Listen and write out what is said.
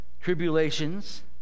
tribulations